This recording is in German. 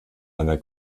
einer